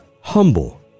humble